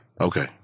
Okay